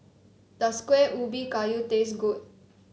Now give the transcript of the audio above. does Kueh Ubi Kayu taste good